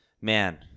Man